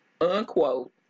unquote